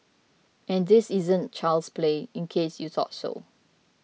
and this isn't child's play in case you thought so